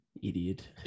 Idiot